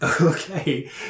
Okay